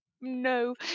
no